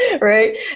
right